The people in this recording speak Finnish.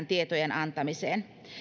tietojen antamiseen